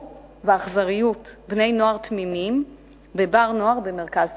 באכזריות בני-נוער תמימים ב"בר-נוער" במרכז תל-אביב.